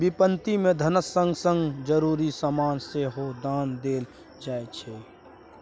बिपत्ति मे धनक संग संग जरुरी समान सेहो दान देल जाइ छै